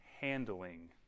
handling